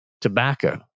tobacco